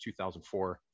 2004